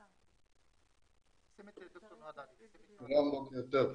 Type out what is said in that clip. בוטוש, מרכז המידע והמחקר של הכנסת בוקר טוב.